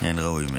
אין ראוי ממנו.